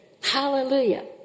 Hallelujah